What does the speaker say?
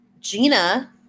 Gina